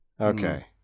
Okay